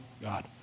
God